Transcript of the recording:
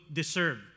deserve